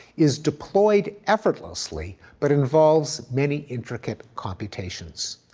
is deployed effortlessly, but involves many intricate computations.